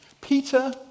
Peter